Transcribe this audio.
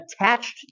attached